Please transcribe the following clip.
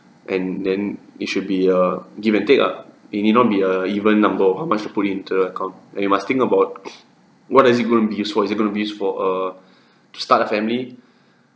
and then it should be a give and take ah it need not be a even number of how much to put into the account and you must think about what is it gonna be used for is it gonna be used for err start a family